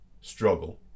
struggle